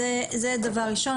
זה דבר ראשון,